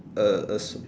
a uh s~